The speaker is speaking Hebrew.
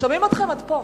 שומעים אתכם עד פה,